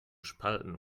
spalten